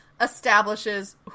establishes